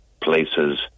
places